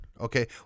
Okay